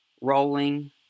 rolling